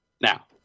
now